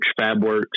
Fabworks